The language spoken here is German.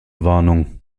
warnung